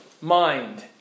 mind